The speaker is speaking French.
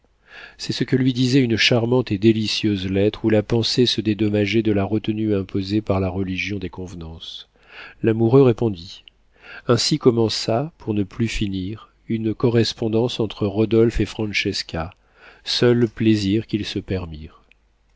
c'est ce que lui disait une charmante et délicieuse lettre où la pensée se dédommageait de la retenue imposée par la religion des convenances l'amoureux répondit ainsi commença pour ne plus finir une correspondance entre rodolphe et francesca seul plaisir qu'ils se permirent